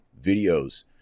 videos